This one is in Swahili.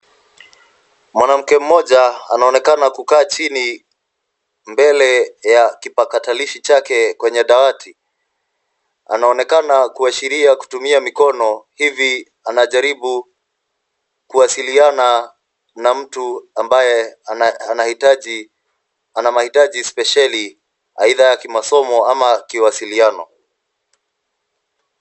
Mwanamke moja anaonekana kukaa chini mbele ya kipakatalishi chake kwenye dawati. Anaonekana kuashiria kutumia mikono, hivi anajaribu kuwasiliana na mtu ambaye ana mahitaji spesheli aidha kimasomo ama kiwasiliano.